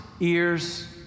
ears